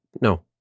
No